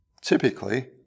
Typically